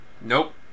Nope